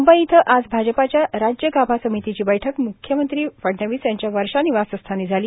मुंबई इथं आज भाजपाच्या राज्य गाभा समितीची बैठक म्रुख्यमंत्री फडणवीस यांच्या वर्षा निवासस्थानी झाली